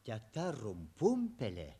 teta rumpumpelė